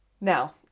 now